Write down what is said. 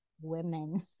women